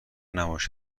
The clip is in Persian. نباش